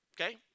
Okay